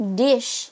dish